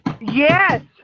Yes